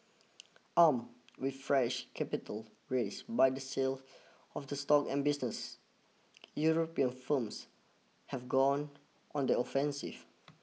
armed with fresh capital raisde by the sale of the stock and business European firms have gone on the offensive